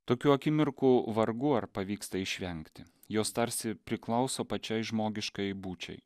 tokių akimirkų vargu ar pavyksta išvengti jos tarsi priklauso pačiai žmogiškajai būčiai